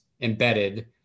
embedded